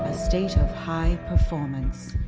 ah state of high performance.